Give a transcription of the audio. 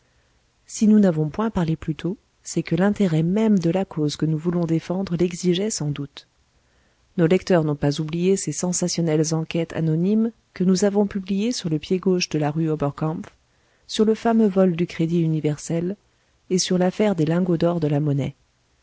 si nous n'avons point parlé plus tôt c'est que l'intérêt même de la cause que nous voulons défendre l'exigeait sans doute nos lecteurs n'ont pas oublié ces sensationnelles enquêtes anonymes que nous avons publiées sur le pied gauche de la rue oberkampf sur le fameux vol du crédit universel et sur l'affaire des lingots d'or de la monnaie